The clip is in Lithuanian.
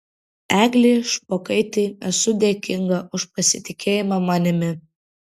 eglei špokaitei esu dėkinga už pasitikėjimą manimi